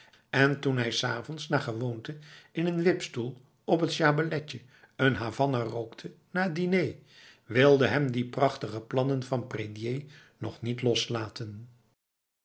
en toen hij s avonds naar gewoonte in een wipstoel op het schabelletje een havanna rookte na het diner wilden hem die prachtige plannen van prédier nog niet loslaten